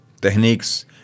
techniques